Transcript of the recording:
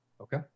Okay